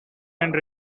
and